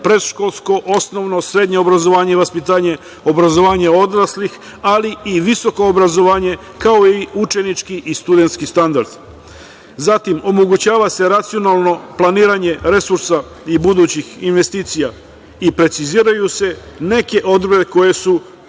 predškolsko, osnovno, srednje obrazovanje i vaspitanje, obrazovanje odraslih, ali i visoko obrazovanje kao i učenički i studentski standard. Zatim, omogućava se racionalno planiranje resursa i budućih investicija i preciziraju se neke odredbe koje su